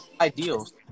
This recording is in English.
Ideals